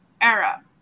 era